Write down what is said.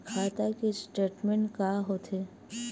खाता के स्टेटमेंट का होथे?